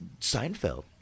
Seinfeld